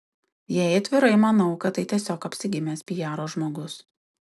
jei atvirai manau kad tai tiesiog apsigimęs piaro žmogus